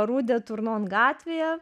ru de turnon gatvėje